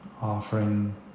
Offering